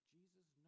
Jesus